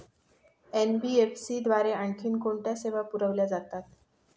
NBFC द्वारे आणखी कोणत्या सेवा पुरविल्या जातात?